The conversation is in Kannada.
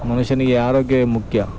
ಮನುಷ್ಯನಿಗೆ ಆರೋಗ್ಯವೇ ಮುಖ್ಯ